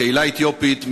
הקהילה האתיופית,